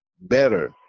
better